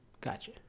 Gotcha